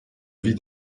vis